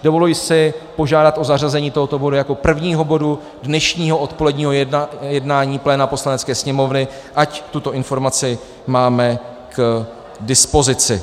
Dovoluji si požádat o zařazení tohoto bodu jako prvního bodu dnešního odpoledního jednání pléna Poslanecké sněmovny, ať tuto informaci máme k dispozici.